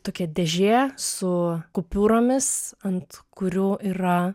tokia dėžė su kupiūromis ant kurių yra